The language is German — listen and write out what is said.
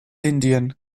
indien